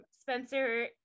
Spencer